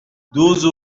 douze